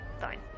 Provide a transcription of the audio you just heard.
Fine